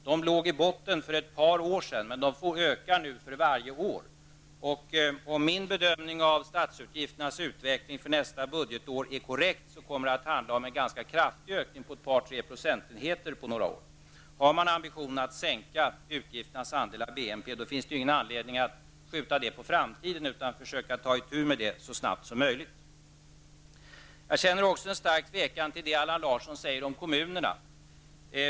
De låg i botten för ett par år sedan, men de ökar nu för varje budgetår. Om min bedömning av statsutgifternas utveckling nästa år är korrekt, kommer det att handla om en ganska kraftig ökning -- ett par tre procentenheter på några år. Han man ambitionen att sänka statsutgifternas andel av BNP finns det ingen anledning att skjuta detta på framtiden utan man bör försöka ta itu med detta så snart som möjligt. Jag känner också ett starkt tvivel beträffande det som Allan Larsson säger om kommunerna.